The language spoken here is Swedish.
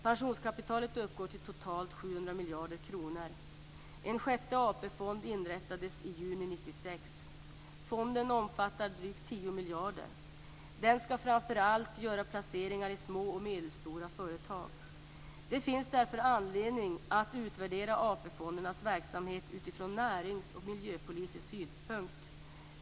Pensionskapitalet uppgår till totalt 700 miljarder kronor. En sjätte AP-fond inrättades i juni 1996. Fonden omfattar drygt 10 miljarder kronor. Den skall framför allt göra placeringar i små och medelstora företag. Det finns anledning att utvärdera AP-fondernas verksamhet från närings och miljöpolitisk synpunkt.